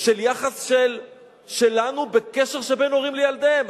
ביחס שלנו לקשר שבין הורים לילדיהם.